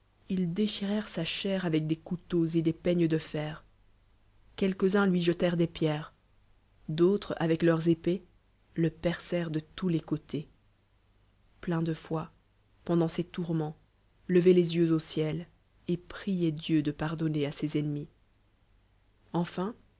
ils décbirérent sa chair avec des couteaux etdes peignes de fer quelques uns lui jetèreot des pierres d'outres avec leurs épée le percèrent dc tous les ctés plein de foi peodaot ces tourments le oït les yeux du ciel et prioit dieu de pardodljcr à ses ennemis enfin